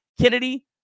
Kennedy